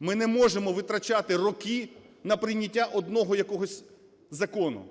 Ми не можемо витрачати роки на прийняття одного якогось закону,